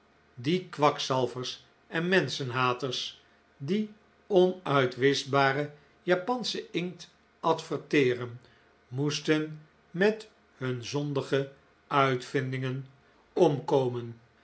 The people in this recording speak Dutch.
die kwakzalvers en menschenhaters die onuitwischbaren japanschen inkt adverteeren moesten met hun zondige uitvindingen omkomen